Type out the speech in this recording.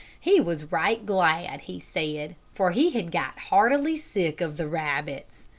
he was right glad, he said, for he had got heartily sick of the rabbits.